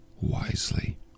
wisely